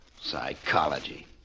Psychology